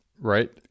Right